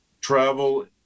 travel